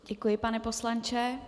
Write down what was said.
Děkuji, pane poslanče.